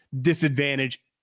disadvantage